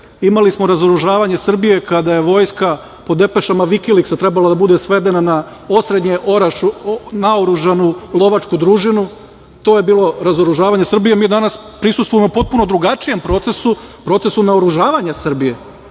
imali smo razoružavanje Srbije kada je vojska po depešama Vikiliksa trebala da bude svedena na osrednje naoružanu lovačku družinu. To je bilo razoružavanje Srbije i mi danas prisustvujemo potpuno drugačijem procesu, procesu naoružavanja Srbije.